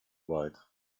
weit